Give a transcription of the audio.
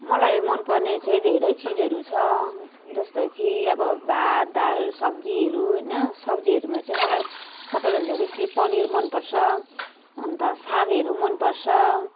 मलाई मनपर्ने चाहिँ धेरै चिजहरू छ जस्तै कि अब भात दाल सब्जीहरू होइन सब्जीहरूमा चाहिँ मलाई सबैभन्दा बेसी पनिर मनपर्छ अन्त सागहरू मनपर्छ